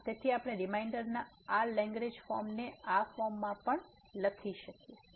તેથી આપણે રીમાઈન્ડરના આ લેગ્રેજ ફોર્મને આ ફોર્મમાં પણ લખી શકીએ છીએ